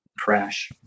crash